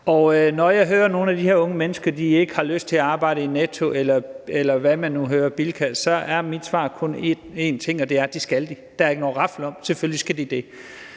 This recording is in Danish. når jeg hører, at nogle af de unge mennesker ikke har lyst til at arbejde i Netto eller Bilka, eller hvad det nu er, så er mit svar kun én ting, og det er, at det skal de. Der er ikke noget at rafle om, selvfølgelig skal de det.